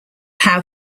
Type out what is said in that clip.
how